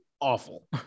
awful